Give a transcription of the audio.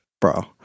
bro